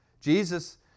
Jesus